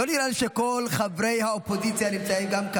איפה חברי הכנסת של הקואליציה?